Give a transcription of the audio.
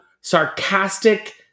sarcastic